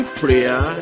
prayer